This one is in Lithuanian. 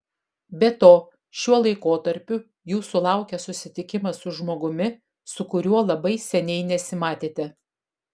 be to šiuo laikotarpiu jūsų laukia susitikimas su žmogumi su kuriuo labai seniai nesimatėte